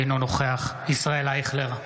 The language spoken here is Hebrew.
אינו נוכח ישראל אייכלר,